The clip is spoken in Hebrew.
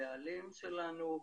הבעלים שלנו,